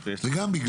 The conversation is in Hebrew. בסוף הסעיף כתוב "נוהל